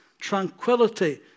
tranquility